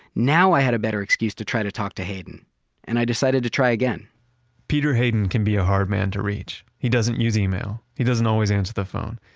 now i had a better excuse to try to talk to hayden and i decided to try again peter hayden can be a hard man to reach. he doesn't use email, he doesn't always answer the phone,